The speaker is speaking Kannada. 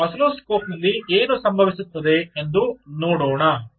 ಈಗ ಆಸಿಲ್ಲೋಸ್ಕೋಪ್ನಲ್ಲಿ ಏನು ಸಂಭವಿಸುತ್ತದೆ ಎಂದು ನೋಡೋಣ